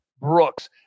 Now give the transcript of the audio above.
Brooks